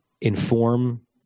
inform